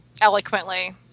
eloquently